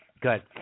Good